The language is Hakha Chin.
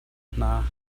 hna